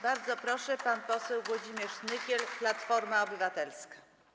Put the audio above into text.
Bardzo proszę, pan poseł Włodzimierz Nykiel, Platforma Obywatelska.